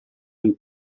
nel